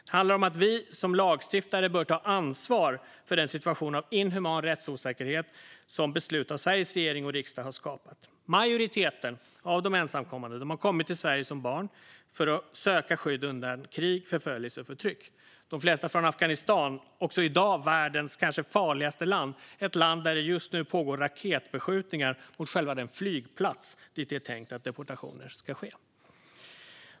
Det handlar om att vi som lagstiftare bör ta vårt ansvar för den situation av inhuman rättsosäkerhet som beslut av Sveriges regering och riksdag har skapat. Majoriteten av de ensamkommande har kommit till Sverige som barn för att söka skydd undan krig, förföljelse och förtryck. De flesta har kommit från Afghanistan, också i dag världens kanske farligaste land. Det är ett land där det just nu pågår raketbeskjutningar mot själva den flygplats dit det är tänkt att deportationer ska ske.